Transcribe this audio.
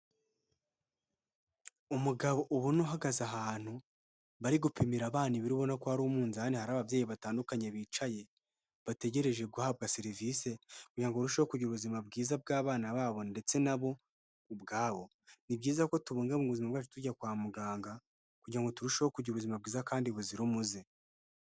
Umugabo ubona uhagaze ahantu, bari gupimira abana ibiro, ubona ko hari umunzani hari ababyeyi batandukanye bicaye, bategereje guhabwa serivisi, kugirango ngo barusheho kugira ubuzima bwiza bw'abana babo ndetse na bo ubwabo, ni byiza ko tubungabunga ubuzima bwacu tujya kwa muganga, kugira ngo turusheho kugira ubuzima bwiza kandi buzira umuze.